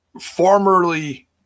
formerly